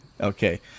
okay